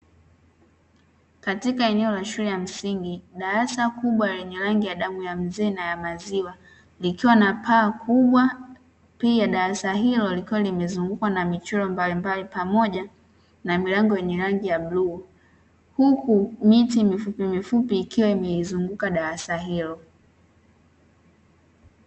Katika eneo la shule ya msingi; darasa kubwa lenye rangi ya damu ya mzee na ya maziwa, likiwa na paa kubwa pia darasa hilo likiwa limezungukwa na michoro mbalimbali pamoja na milango yenye rangi ya bluu. Huku miti mifupimifupi ikiwa imelizunguka darasa hilo.